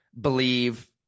believe